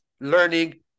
learning